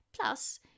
plus